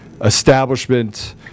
establishment